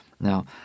Now